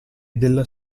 della